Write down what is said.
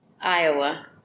Iowa